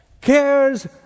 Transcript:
cares